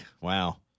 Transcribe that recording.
Wow